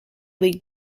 league